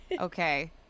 okay